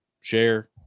share